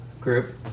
group